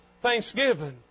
thanksgiving